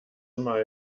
immer